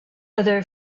other